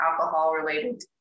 alcohol-related